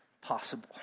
possible